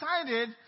excited